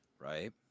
right